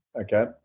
okay